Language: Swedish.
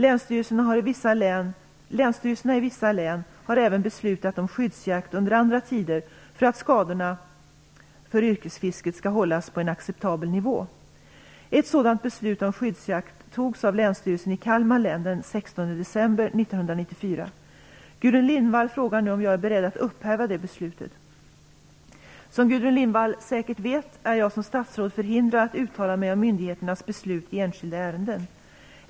Länsstyrelserna i vissa län har även beslutat om skyddsjakt under andra tider för att skadorna för yrkesfisket skall hållas på en acceptabel nivå. Ett sådant beslut om skyddsjakt togs av Gudrun Lindvall frågar nu om jag är beredd att upphäva det beslutet. Som Gudrun Lindvall säkert vet är jag som statsråd förhindrad att uttala mig om myndigheternas beslut i enskilda ärenden.